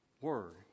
Word